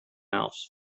else